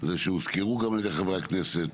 ושגם הוזכרו על ידי חברי הכנסת,